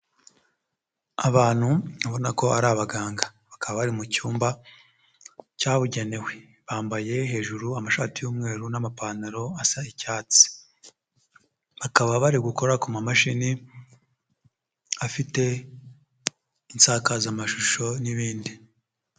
Abantu ubona ko ari abaganga bakaba bari mu cyumba cyabugenewe, bambaye hejuru amashati y'umweru n'amapantaro asa icyatsi, bakaba bari gukora ku mamashini afite insakazamashusho n'ibindi.